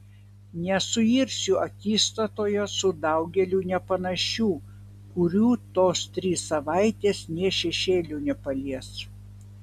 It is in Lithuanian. nesuirsiu akistatoje su daugeliu nepanašių kurių tos trys savaitės nė šešėliu nepalies